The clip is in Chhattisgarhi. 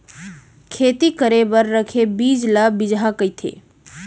खेती करे बर रखे बीज ल बिजहा कथें